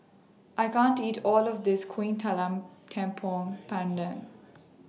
I can't eat All of This Kuih Talam Tepong Pandan